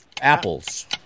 apples